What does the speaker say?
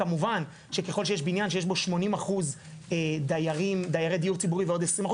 כמובן שככל שיש בניין שיש בו 80% דיירי דיור ציבורי ועוד 20%,